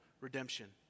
redemption